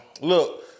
Look